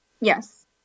Yes